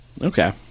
okay